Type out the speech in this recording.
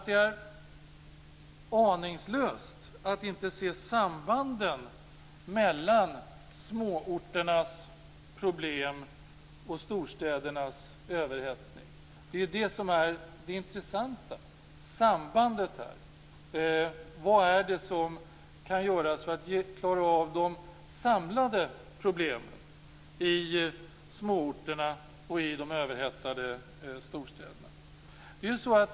Det är aningslöst att inte se sambanden mellan småorternas problem och storstädernas överhettning. Det är sambandet som är det intressanta. Vad kan göras för att man skall kunna lösa de samlade problemen i småorterna och i de överhettade storstäderna?